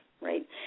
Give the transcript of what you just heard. right